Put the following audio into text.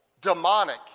demonic